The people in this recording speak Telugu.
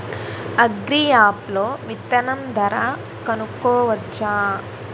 అగ్రియాప్ లో విత్తనం ధర కనుకోవచ్చా?